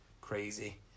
crazy